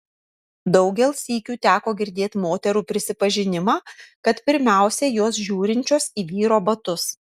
daugel sykių teko girdėt moterų prisipažinimą kad pirmiausia jos žiūrinčios į vyro batus